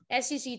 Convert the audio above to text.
sec